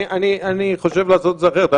אני חושב לעשות את זה אחרת.